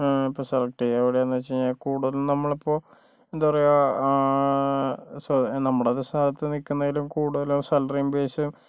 ഞാന് ഇപ്പോൾ സെലക്ട് ചെയ്യുക എവിടെയാന്ന് വെച്ചുകഴിഞ്ഞാൽ കൂടുതലും നമ്മളിപ്പോൾ എന്താ പറയുക നമ്മുടെ ഒക്കെ സ്ഥലത്ത് നിൽക്കുന്നതിലും കൂടുതല് സാലറിയും പൈസയും